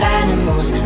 animals